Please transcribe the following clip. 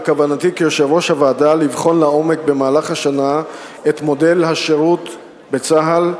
בכוונתי כיושב-ראש הוועדה לבחון לעומק במהלך השנה את מודל השירות בצה"ל,